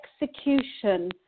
execution